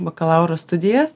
bakalauro studijas